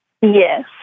Yes